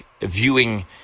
viewing